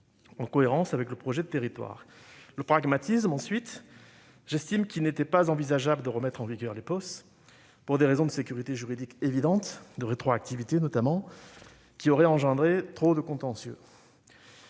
en cohérence avec le projet de territoire ; le pragmatisme, ensuite, car j'estime qu'il n'était pas envisageable de remettre en vigueur les POS, pour des raisons évidentes de sécurité juridique, de rétroactivité notamment- cela aurait engendré trop de contentieux.